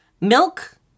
Milk